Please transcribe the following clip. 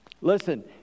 Listen